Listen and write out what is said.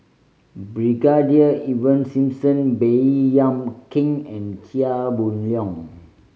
Brigadier Ivan Simson Baey Yam Keng and Chia Boon Leong